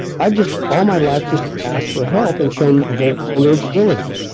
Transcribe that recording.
i've just, all my life, just asked for help and showing vulnerability.